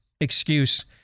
excuse